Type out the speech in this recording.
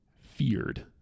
feared